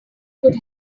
could